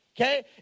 Okay